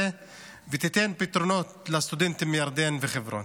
ותיתן פתרונות לסטודנטים מירדן וחברון.